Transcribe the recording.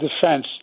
defense